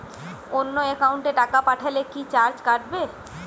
অন্য একাউন্টে টাকা পাঠালে কি চার্জ কাটবে?